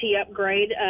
upgrade